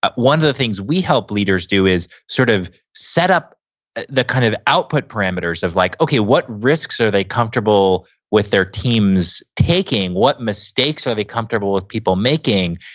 one of the things we help leaders do is sort of set up the kind of output parameters of, like okay, what risks are they comfortable with their teams taking? what mistakes are they comfortable with people making?